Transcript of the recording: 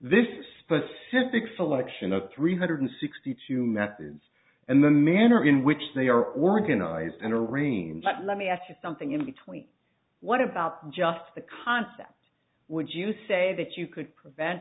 this specific selection of three hundred sixty two methods and the manner in which they are organized and arrange that let me ask you something in between what about just the concept would you say that you could prevent